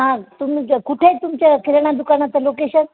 हा तुमचं कुठे आहे तुमच्या किराणा दुकानाचं लोकेशन